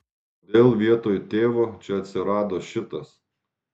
kodėl vietoj tėvo čia atsirado šitas